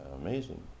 amazing